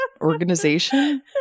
organization